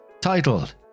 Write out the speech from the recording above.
Titled